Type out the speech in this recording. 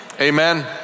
Amen